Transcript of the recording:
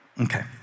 Okay